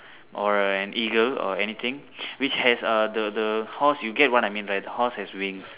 or an eagle or anything which has uh the the horse you get what I mean right the horse has wings